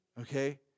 okay